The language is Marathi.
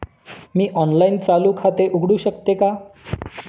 मी ऑनलाइन चालू खाते उघडू शकते का?